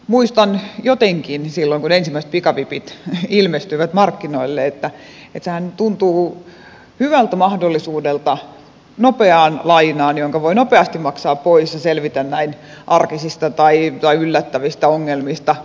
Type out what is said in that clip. muistan jotenkin silloin kun ensimmäiset pikavipit ilmestyivät markkinoille että sehän tuntui hyvältä mahdollisuudelta nopeaan lainaan jonka voi nopeasti maksaa pois ja selvitä näin arkisista tai yllättävistä ongelmista